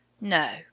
No